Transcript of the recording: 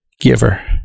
giver